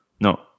No